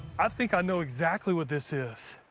i think i know exactly what this is.